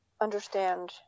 understand